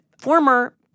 former